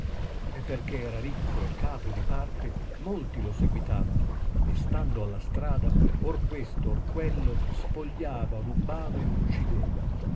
e perchè era ricco e capo di parte molti lo seguitavano e stando alla strada or questo or quello spogliava rubbava e uccideva